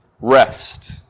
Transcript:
Rest